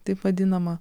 taip vadinamą